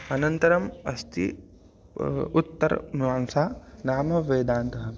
अनन्तरम् अस्ति उत्तरमीमांसा नाम वेदान्तः